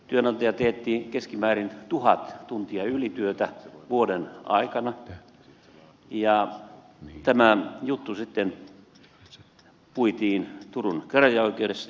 työnantaja teetti keskimäärin tuhat tuntia ylityötä vuoden aikana ja tämä juttu sitten puitiin turun käräjäoikeudessa